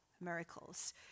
miracles